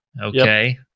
Okay